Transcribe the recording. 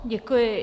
Děkuji.